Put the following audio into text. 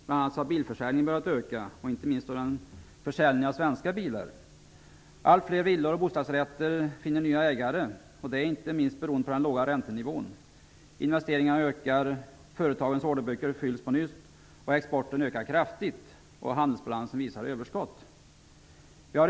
Bilförsäljningen har bl.a. börjat öka, inte minst försäljningen av svenska bilar. Allt fler villor och bostadsrätter finner nya ägare. Det beror inte minst på den låga räntenivån. Investeringarna ökar. Företagens orderböcker fylls på nytt. Exporten ökar kraftigt, och handelsbalansen visar överskott.